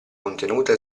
contenuta